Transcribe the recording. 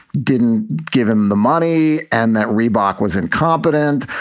didn't give him the money and that reebok was incompetent.